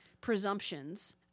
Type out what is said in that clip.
presumptions